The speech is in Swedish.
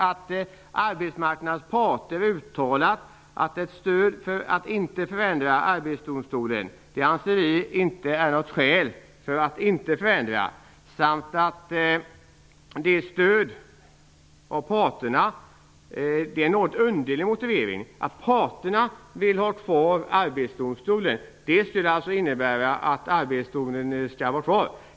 Att arbetsmarknadens parter har uttalat ett stöd för att Arbetsdomstolen inte skall förändras anser vi inte vara skäl för att inte förändra. Att parterna vill ha kvar Arbetsdomstolen är en litet underlig motivering. Det skulle innebära att Arbetsdomstolen skall vara kvar.